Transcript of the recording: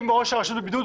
אם ראש הרשות בבידוד,